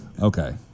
Okay